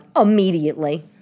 immediately